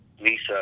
Lisa